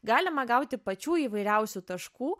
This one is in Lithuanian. galima gauti pačių įvairiausių taškų